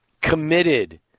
committed